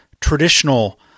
traditional